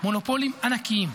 מונופולים ענקיים,